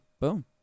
boom